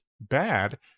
bad